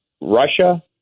Russia